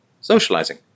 socializing